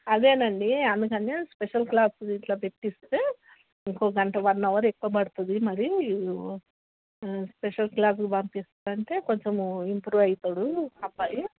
అదేనండి ఆయనకి అని స్పెషల్ క్లాసెస్ గిట్ల పెట్టిస్తే ఇంకో గంట వన్ అవర్ ఎక్కువ పడుతుంది మరి స్పెషల్ క్లాస్కి పంపిస్తారు అంటే కొంచెం ఇంప్రూవ్ అవుతాడు అబ్బాయి